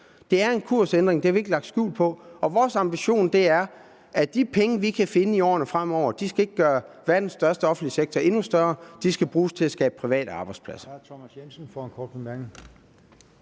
Det er en kursændring, det har vi ikke lagt skjul på, og vores ambition er, at de penge, vi kan finde i årene fremover, ikke skal gøre verdens største offentlige sektor endnu større, de skal bruges til at skabe private arbejdspladser.